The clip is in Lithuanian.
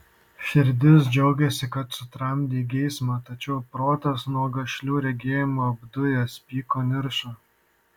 širdis džiaugėsi kad sutramdei geismą tačiau protas nuo gašlių regėjimų apdujęs pyko niršo